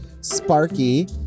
Sparky